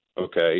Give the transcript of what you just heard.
okay